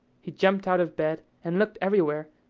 he jumped out of bed, and looked everywhere,